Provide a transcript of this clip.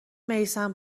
میثم